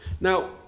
Now